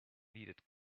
needed